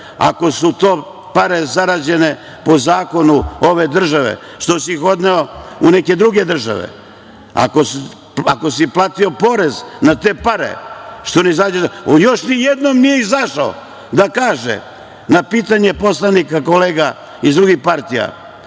Ako su to pare zarađene po zakonu ove države, što si ih odneo u neke druge države? Ako si platio porez na te pare, što ne izađeš? On još nijednom nije izašao da kaže, na pitanje poslanika, kolega iz drugih partija,